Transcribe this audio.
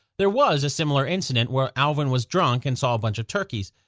there was a similar incident where alvin was drunk and saw a bunch of turkeys.